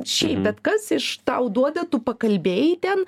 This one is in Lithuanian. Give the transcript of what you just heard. šiaip bet kas iš tau duoda tu pakalbėjai ten